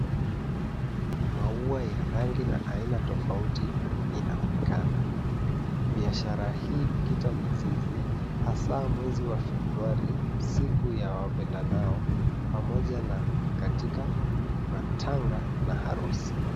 Maua ya rangi na aina tofauti inaonekana. Biashara hii hukita mizizi hasa mwezi wa Februari, siku ya wapendanao pamoja na katika matanga na harusi.